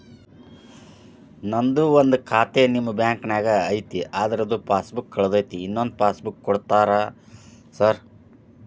ನಂದು ಒಂದು ಖಾತೆ ನಿಮ್ಮ ಬ್ಯಾಂಕಿನಾಗ್ ಐತಿ ಅದ್ರದು ಪಾಸ್ ಬುಕ್ ಕಳೆದೈತ್ರಿ ಇನ್ನೊಂದ್ ಪಾಸ್ ಬುಕ್ ಕೂಡ್ತೇರಾ ಸರ್?